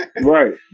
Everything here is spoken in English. Right